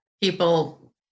people